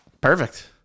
Perfect